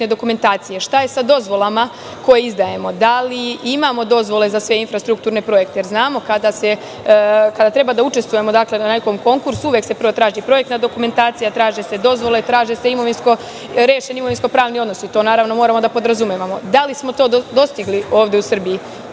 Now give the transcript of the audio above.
dokumentacije? Šta je sa dozvolama koje izdajemo? Da li imamo dozvole za sve infrastrukturne projekte? Znamo da kada treba da učestvujemo na nekom konkursu, uvek se traži projektna dokumentacija, traže se dozvole, traže se rešeni imovinsko-pravni odnosi. To moramo da podrazumevamo. Da li smo to dostigli ovde u Srbiji?